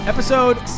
Episode